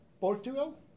Portugal